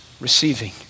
receiving